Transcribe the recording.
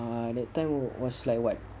err that time was like what